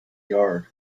yard